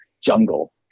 jungle